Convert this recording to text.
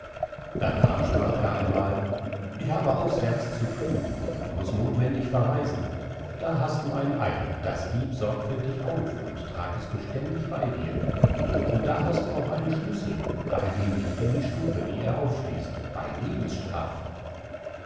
darnach sprach er einmal ich habe auswärts zu thun und muß nothwendig verreisen da hast du ein ei das heb sorgfältig auf und trag es beständig bei dir und da hast du auch einen schlüssel aber geh nicht in die stube die er aufschließt bei lebensstrafe